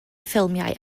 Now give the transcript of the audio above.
ffilmiau